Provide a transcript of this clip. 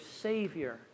Savior